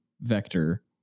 vector